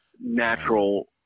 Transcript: natural